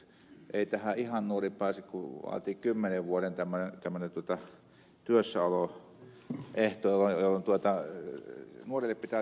ei tähän ihan nuori pääse kun siinä on tämmöinen kymmenen vuoden työssäoloehto jolloin nuorille pitää järjestää ihan omat jutut